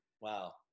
Wow